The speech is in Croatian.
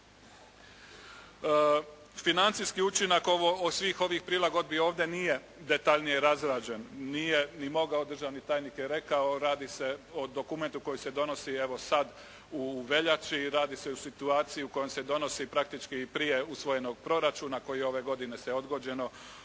Financijski učinak svih ovih prilagodbi ovdje nije detaljnije razrađen, nije ni mogao. Državni tajnik je rekao radi se o dokumentu koji se donosi evo sad u veljači, radi se o situaciji u kojoj se donosi praktički i prije usvojenog proračuna koji ove godine odgođeno